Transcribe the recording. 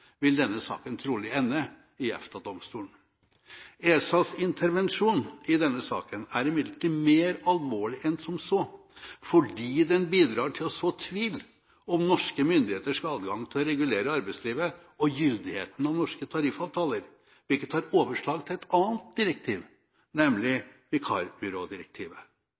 vil denne saken trolig ende i EFTA-domstolen. ESAs intervensjon i denne saken er imidlertid mer alvorlig enn som så, fordi den bidrar til å så tvil om norske myndigheters adgang til å regulere arbeidslivet og gyldigheten av norske tariffavtaler, hvilket har overslag til et annet direktiv, nemlig vikarbyrådirektivet.